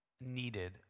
needed